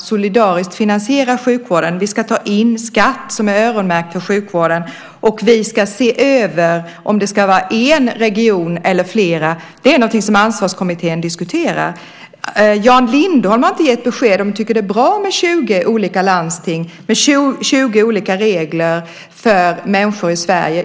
solidariskt ska finansiera sjukvården, att vi ska ta in skatt som är öronmärkt för sjukvården och att vi ska se över om det ska vara en region eller flera är något som Ansvarskommittén diskuterar. Jan Lindholm har inte gett besked om huruvida han tycker att det är bra att ha 20 olika landsting med 20 olika regler för människor i Sverige.